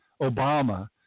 Obama